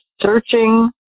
searching